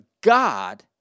God